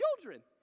children